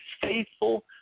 faithful